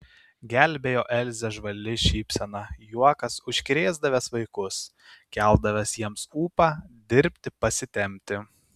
gelbėjo elzę žvali šypsena juokas užkrėsdavęs vaikus keldavęs jiems ūpą dirbti pasitempti